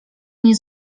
nie